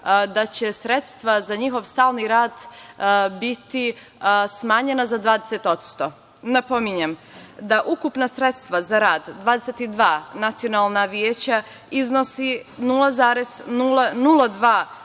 da će sredstva za njihov stalni rad biti smanjena za 20%. Napominjem, da ukupna sredstva za rad 22 nacionalna veća iznosi 0,002%,